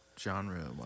Genre